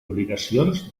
obligacions